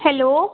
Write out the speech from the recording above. hello